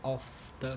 of the